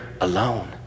alone